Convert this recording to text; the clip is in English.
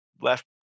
left